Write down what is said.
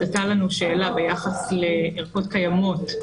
הייתה לנו שאלה ביחס לערכות קיימות.